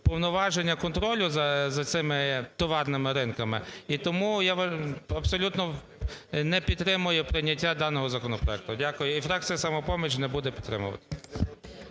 повноваження контролю за цими товарними ринками. І тому я абсолютно не підтримую прийняття даного законопроекту. Дякую. І фракція "Самопоміч" не буде підтримувати.